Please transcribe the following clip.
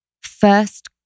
first